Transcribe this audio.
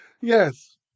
Yes